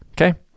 okay